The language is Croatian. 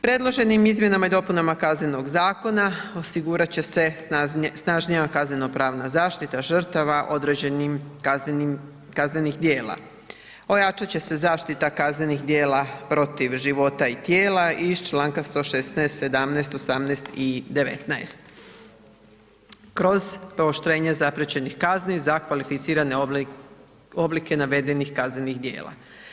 Predloženim izmjenama i dopunama Kaznenog zakona osigurat će se snažnija kaznenopravna zaštita žrtava određenim kaznenih djela, ojačat će se zaštita kaznenih djela protiv života i tijela iz članka 116., 117., 118. i 119. kroz pooštrenje zapriječenih kazni za kvalificirane oblike navedenih kaznenih djela.